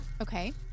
Okay